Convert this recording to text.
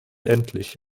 endlich